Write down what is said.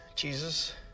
Jesus